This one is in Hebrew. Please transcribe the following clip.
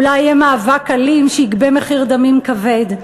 אולי יהיה מאבק אלים שיגבה מחיר דמים כבד.